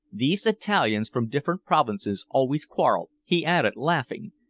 these italians from different provinces always quarrel, he added, laughing.